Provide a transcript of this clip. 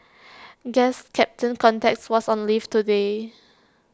guess captain context was on leave today